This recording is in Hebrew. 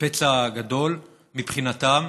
פצע גדול, מבחינתם.